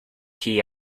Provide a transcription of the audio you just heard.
key